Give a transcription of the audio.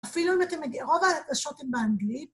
‫אפילו אם אתם ..., ‫רוב השוטים באנגלית.